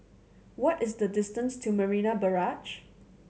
what is the distance to Marina Barrage